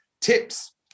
tips